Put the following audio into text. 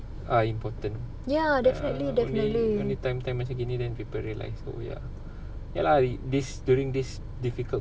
ya definitely definitely